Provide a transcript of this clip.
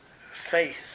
faith